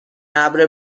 ابر